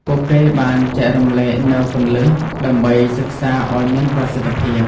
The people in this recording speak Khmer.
ពួកគេបានចែករំលែកនូវគន្លឹះ ដើម្បីសិក្សាឱ្យមានប្រសិទ្ធភាព។